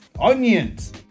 Onions